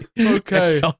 okay